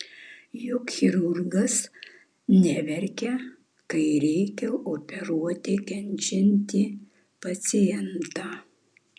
juk chirurgas neverkia kai reikia operuoti kenčiantį pacientą